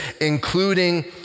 including